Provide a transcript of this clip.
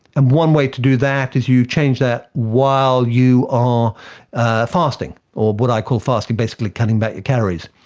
and one way to do that is you change that while you are fasting or what i call fasting, basically cutting back the calories.